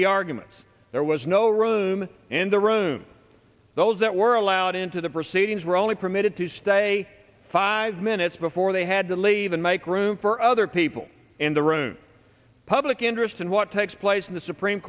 the arguments there was no room in the room those that were allowed into the proceedings were only permitted to stay five minutes before they had to leave and make room for other people in the room public interest and what takes place in the supreme